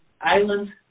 Island